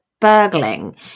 burgling